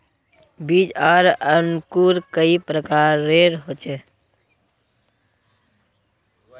बीज आर अंकूर कई प्रकार होचे?